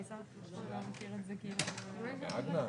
לא חיכינו עד הרגע